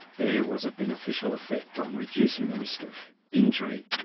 there was a beneficial effect on reducing the risk of injury,